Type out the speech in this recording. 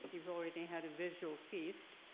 you've already had a visual feast,